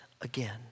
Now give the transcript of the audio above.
again